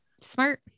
smart